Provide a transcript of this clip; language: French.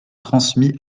transmis